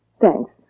Thanks